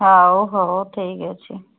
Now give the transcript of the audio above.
ହଉ ହଉ ଠିକ୍ ଅଛି